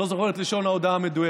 אני לא זוכר את לשון ההודעה המדויקת,